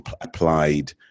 applied